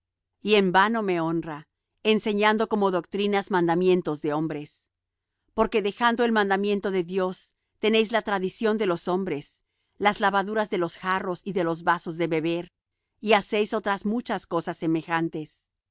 y en vano me honra enseñando como doctrinas mandamientos de hombres porque dejando el mandamiento de dios tenéis la tradición de los hombres las lavaduras de los jarros y de los vasos de beber y hacéis otras muchas cosas semejantes